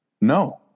No